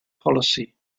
policy